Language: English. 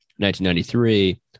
1993